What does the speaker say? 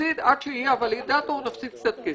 ועד שיהיה הוולידטור נפסיד קצת כסף,